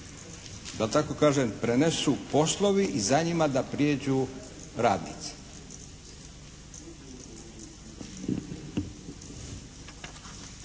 da tako kažem prenesu poslovi i za njima da prijeđu radnici.